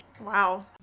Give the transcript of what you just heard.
Wow